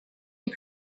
est